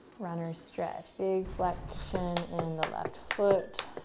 runner's stretch, big flexion in the left foot.